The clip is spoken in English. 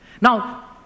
Now